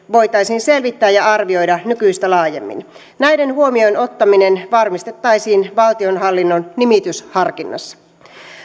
voitaisiin selvittää ja arvioida nykyistä laajemmin näiden huomioonottaminen varmistettaisiin valtionhallinnon nimitysharkinnassa